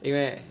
因为